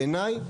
בעיני,